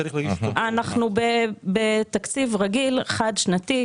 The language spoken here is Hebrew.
אנחנו בתקציב רגיל חד שנתי,